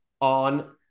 on